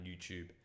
YouTube